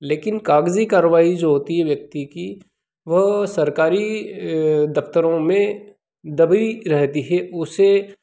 लेकिन कागज़ी कार्रवाई जो होती है व्यक्ति की वह सरकारी दफ़्तरों में दबी रहती है उसे